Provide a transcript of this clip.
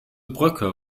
brücke